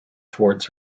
towards